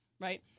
right